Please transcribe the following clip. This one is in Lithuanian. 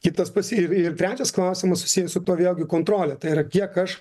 kitas pasyv ir trečias klausimas susijęs su tuo vėlgi kontrole tai yra kiek aš